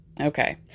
Okay